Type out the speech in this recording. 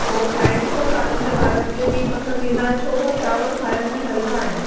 उहो खाए ॾिसो तव्हांजे ॿारनि खे बि पसंदि ईंदा छो उहे चांवर खाइण में हलिका आहिनि